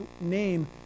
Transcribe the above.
name